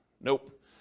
nope